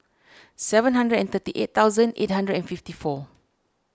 seven hundred and thirty eight thousand eight hundred and fifty four